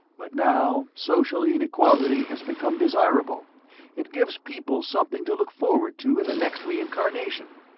but now, social inequality has become desirable it gives people something to look forward to in the next reincarnation.